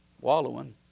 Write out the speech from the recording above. wallowing